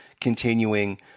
continuing